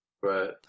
Right